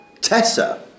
Tessa